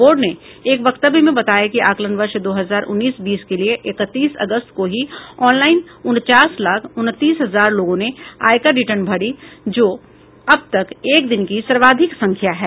board ने एक वक्तव्य में बताया कि आकलन वर्ष दो हजार उन्नीस बीस के लिए इकतीस अगस्त को ही ऑनलाइन उनचास लाख उनतीस हजार लोगों ने आयकर रिटर्न भरीं जो अब तक एक दिन की सर्वाधिक संख्या है